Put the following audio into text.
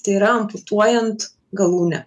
tai yra amputuojant galūnę